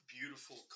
beautiful